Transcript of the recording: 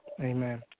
Amen